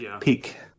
peak